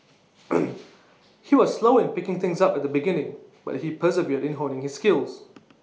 he was slow in picking things up at the beginning but he persevered in honing his skills